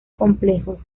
complejos